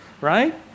right